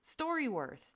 StoryWorth